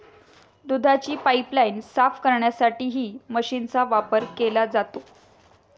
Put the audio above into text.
दुधाची पाइपलाइन साफ करण्यासाठीही मशीनचा वापर केला जातो